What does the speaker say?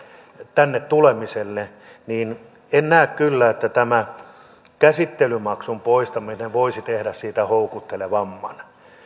tänne tulemiselle en kyllä näe että tämä käsittelymaksun poistaminen voisi tehdä siitä houkuttelevamman